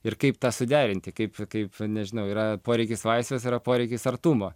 ir kaip tą suderinti kaip kaip nežinau yra poreikis vaistas yra poreikis artumo